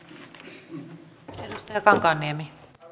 arvoisa rouva puhemies